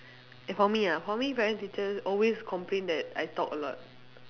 and for me ah for me parent teacher always complain that I talk a lot